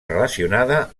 relacionada